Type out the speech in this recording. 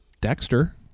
Dexter